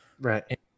Right